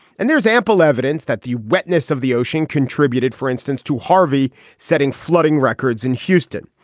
and there's ample evidence that the wetness of the ocean contributed for instance to harvey setting flooding records in houston.